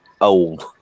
old